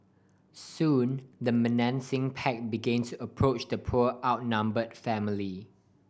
soon the menacing pack begin to approach the poor outnumber family